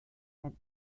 sein